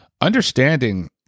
understanding